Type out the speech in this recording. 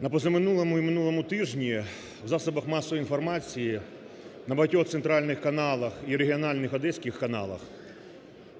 На позаминулому і минулому тижні в засобах масової інформації, на багатьох центральних каналах і регіональних одеських каналах